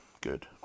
Good